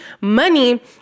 money